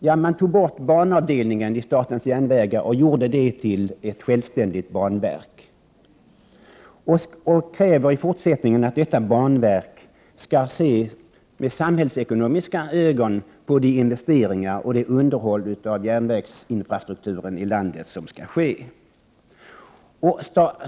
Ja, man gjorde banavdelningen inom statens järnvägar till ett självständigt banverk och krävde att banverket i fortsättningen skulle se samhällsekonomiskt på investeringar och underhåll i järnvägarnas infrastruktur.